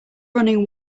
running